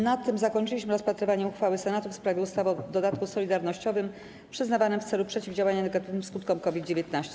Na tym zakończyliśmy rozpatrywanie uchwały Senatu w sprawie ustawy o dodatku solidarnościowym przyznawanym w celu przeciwdziałania negatywnym skutkom COVID-19.